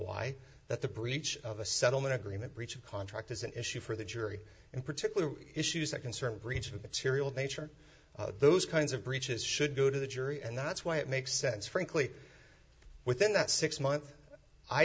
why that the breach of a settlement agreement breach of contract is an issue for the jury in particular issues that concern breach of material nature those kinds of breaches should go to the jury and that's why it makes sense frankly within that six month i